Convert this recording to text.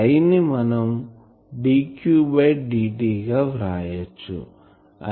I ని మనం dq by dt గా వ్రాయచ్చు